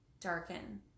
darken